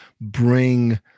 bring